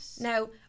now